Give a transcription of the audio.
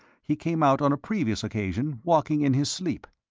he came out on a previous occasion, walking in his sleep.